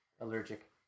allergic